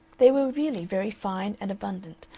they were really very fine and abundant,